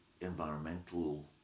environmental